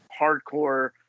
hardcore